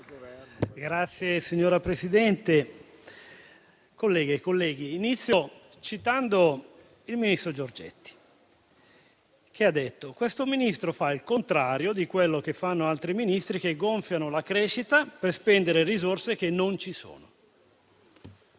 Signora Presidente, colleghe e colleghi, inizio citando il ministro Giorgetti, che ha detto: questo Ministro fa il contrario di quello che fanno altri Ministri, che gonfiano la crescita per spendere risorse che non ci sono.